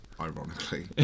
ironically